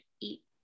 eat